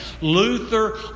Luther